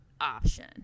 option